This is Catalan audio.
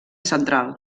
central